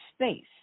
space